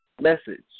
message